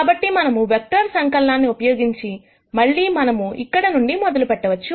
కాబట్టి మనం వెక్టర్ సంకలనాన్ని ఉపయోగించి మళ్లీ మనం ఇక్కడ నుండి మొదలు పెట్టొచ్చు